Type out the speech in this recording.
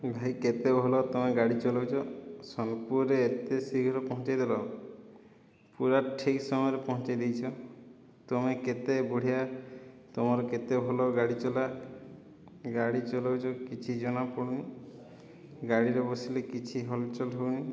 ଭାଇ କେତେ ଭଲ ତୁମେ ଗାଡ଼ି ଚଲଉଛ ସୋନପୁରରେ ଏତେ ଶୀଘ୍ର ପହଞ୍ଚେଇ ଦେଲ ପୂରା ଠିକ ସମୟରେ ପହଞ୍ଚେଇ ଦେଇଛ ତୁମେ କେତେ ବଢ଼ିଆ ତମର କେତେ ଭଲ ଗାଡ଼ି ଚଲା ଗାଡ଼ି ଚଲଉଛ କିଛି ଜଣା ପଡ଼ୁନି ଗାଡ଼ିରେ ବସିଲେ କିଛି ହଲଚଲ ହେଉନି